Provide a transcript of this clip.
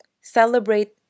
Celebrate